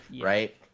right